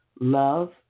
love